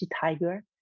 tiger